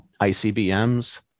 ICBMs